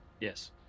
Yes